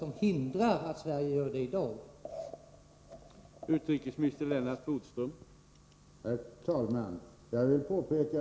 Vad hindrar att Sverige gör samma sak i dag?